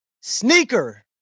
sneaker